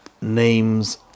names